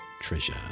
treasure